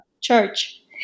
Church